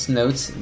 notes